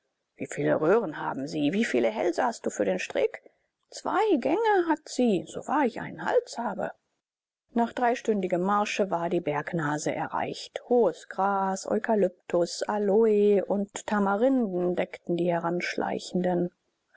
wie viele röhren hat sie wie viele hälse hast du für den strick zwei gänge hat sie sowahr ich einen hals habe nach dreistündigem marsche war die bergnase erreicht hohes gras eukalyptus aloe und tamarinden deckten die